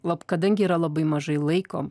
lab kadangi yra labai mažai laiko